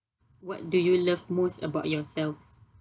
what do you love most about yourself